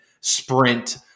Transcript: sprint